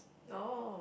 oh